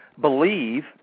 believe